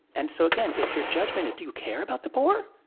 and so, again, if your judgment is do you care about the poor,